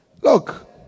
Look